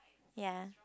ya